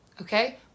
Okay